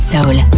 Soul